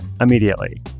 immediately